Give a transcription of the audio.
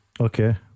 Okay